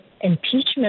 impeachment